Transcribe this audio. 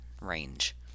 range